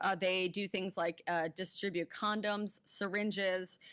ah they do things like ah distribute condoms, syringes,